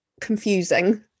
confusing